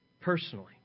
personally